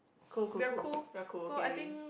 cool cool cool ya cool okay we